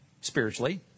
spiritually